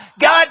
God